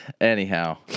Anyhow